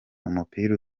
umupira